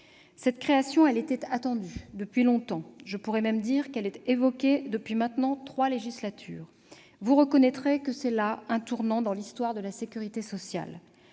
Cette création était attendue depuis longtemps. Je pourrais même dire qu'elle était évoquée depuis maintenant trois législatures. Vous reconnaîtrez que c'est là un tournant dans l'histoire de la sécurité sociale.